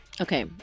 Okay